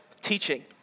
teaching